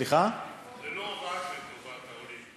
זה לא רק לטובת העולים,